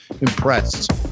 impressed